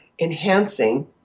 enhancing